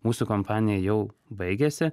mūsų kompanija jau baigėsi